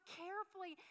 carefully